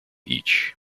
each